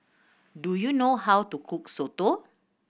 do you know how to cook soto